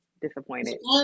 disappointed